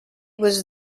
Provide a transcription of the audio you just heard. was